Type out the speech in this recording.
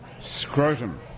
SCROTUM